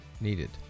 needed